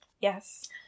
yes